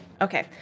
Okay